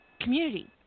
community